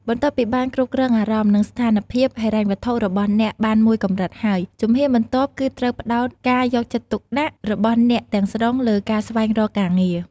បន្ទាប់ពីបានគ្រប់គ្រងអារម្មណ៍ និងស្ថានភាពហិរញ្ញវត្ថុរបស់អ្នកបានមួយកម្រិតហើយ ជំហានបន្ទាប់គឺត្រូវផ្តោតការយកចិត្តទុកដាក់របស់អ្នកទាំងស្រុងលើការស្វែងរកការងារ។